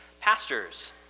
pastors